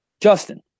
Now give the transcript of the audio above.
Justin